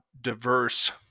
diverse